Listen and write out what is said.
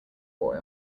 boy